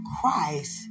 Christ